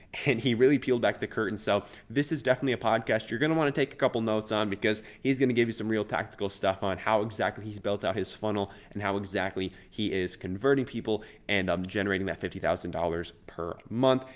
can he really peel back the curtain so this is definitely a podcast, you're gonna want to take a couple notes on, because he's gonna give you some real tactical stuff on how exactly he's built out his funnel and how exactly he is converting people and um generating fifty thousand dollars per month.